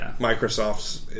Microsoft's